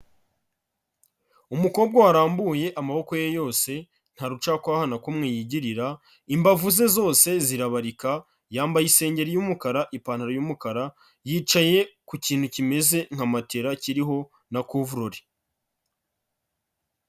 Umukobwa warambuye amaboko ye yose nta rucakwaha na kumwe yigirira, imbavu ze zose zirabarika yambaye isengeri y'umukara, ipantaro y'umukara yicaye ku kintu kimeze nka matela kiriho na kuvurori.